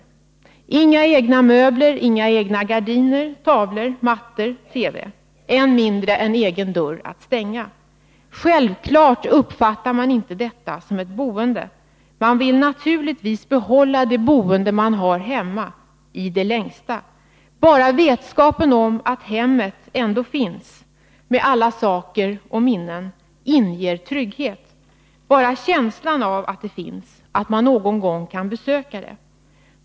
Man får inga egna möbler, inga egna gardiner, tavlor, mattor, TV — än mindre en egen dörr att stänga. Självfallet uppfattar man inte detta som ett boende. Man vill naturligtvis i det längsta behålla den bostad man har. Bara vetskapen om att hemmet ändå finns med alla saker och minnen inger trygghet — bara känslan av att det finns, att man någon gång kan besöka det.